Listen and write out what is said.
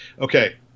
Okay